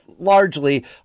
largely